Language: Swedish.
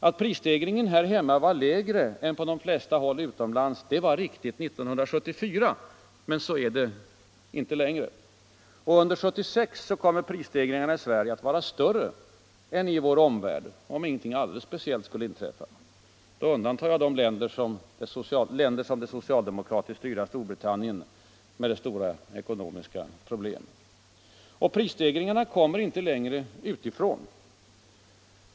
Att prisstegringen här hemma var lägre än på de flesta håll utomlands var riktigt 1974. Men så är det inte längre. Under 1976 kommer prisstegringarna i Sverige att vara större än i vår omvärld, om inte något alldeles speciellt skulle inträffa. Jag undantar då länder såsom det socialdemokratiskt styrda Storbritannien med dess stora ekonomiska problem. Prisstegringarna kommer inte längre utifrån.